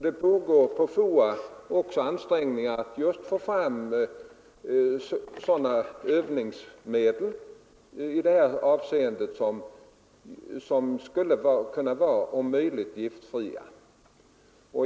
Det pågår också på FOA ansträngningar att om möjligt få fram giftfri övningsmateriel för nu aktuellt ändamål.